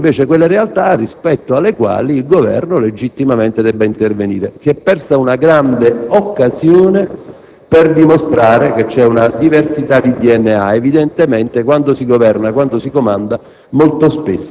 e quali sono invece le realtà rispetto alle quali il Governo legittimamente debba intervenire. Si è persa una grande occasione per dimostrare che c'è una diversità di DNA. Evidentemente, quando si governa, quando si comanda,